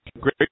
Great